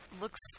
looks